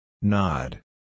Nod